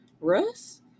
russ